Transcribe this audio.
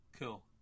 Cool